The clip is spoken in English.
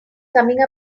coming